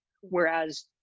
Whereas